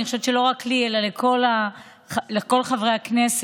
אני חושבת שלא רק לי אלא לכל חברי הכנסת,